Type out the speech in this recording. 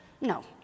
No